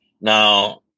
Now